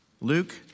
Luke